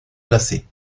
placé